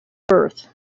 birth